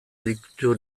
ditu